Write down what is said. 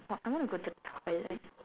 oh I want to go to the toilet